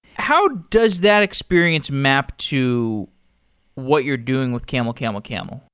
how does that experience mapped to what you're doing with camelcamelcamel